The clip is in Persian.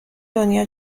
دنیا